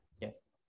Yes